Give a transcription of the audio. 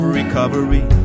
recovery